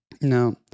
No